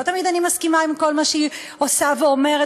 לא תמיד אני מסכימה עם כל מה שהיא עושה ואומרת,